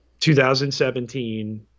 2017